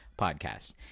podcast